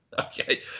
Okay